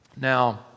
Now